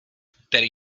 který